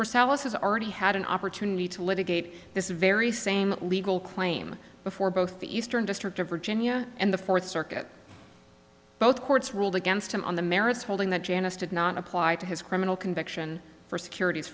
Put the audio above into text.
us has already had an opportunity to litigate this very same legal claim before both the eastern district of virginia and the fourth circuit both courts ruled against him on the merits holding that janice did not apply to his criminal conviction for securities